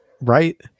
right